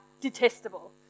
detestable